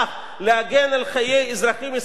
להגן על חיי אזרחים ישראלים.